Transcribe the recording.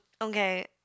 Okay